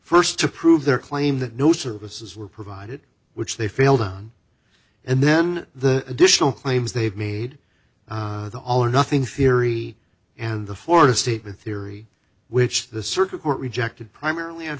first to prove their claim that no services were provided which they failed on and then the additional claims they've made the all or nothing theory and the fourth estate theory which the circuit court rejected primarily